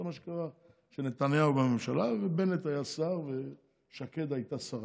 זה מה שקרה כשנתניהו היה בממשלה ובנט היה שר ושקד הייתה שרה.